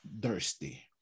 thirsty